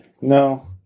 No